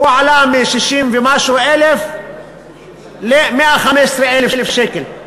הוא עלה מ-60,000 ומשהו ל-115,000 שקל.